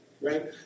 right